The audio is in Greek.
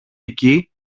εκεί